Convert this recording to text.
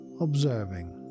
observing